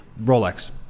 Rolex